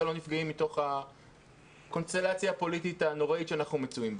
לא נפגעים מתוך הקונסטלציה הפוליטית הנוראית שאנחנו מצויים בה.